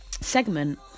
segment